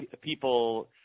people –